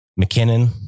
McKinnon